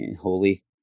Holy